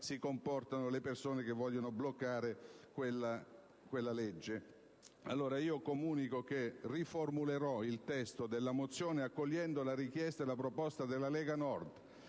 si comportano le persone che vogliono bloccare quella legge. Io comunico che riformulerò il testo della mozione, accogliendo la proposta della Lega Nord.